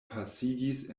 pasigis